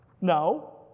No